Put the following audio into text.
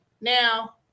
now